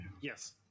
Yes